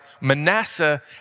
Manasseh